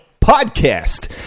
Podcast